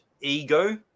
ego